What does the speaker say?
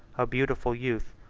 a beautiful youth,